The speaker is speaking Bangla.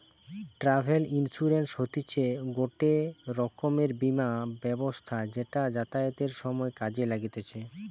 ট্রাভেল ইন্সুরেন্স হতিছে গটে রকমের বীমা ব্যবস্থা যেটা যাতায়াতের সময় কাজে লাগতিছে